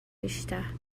بیشتر